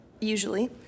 usually